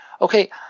okay